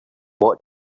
what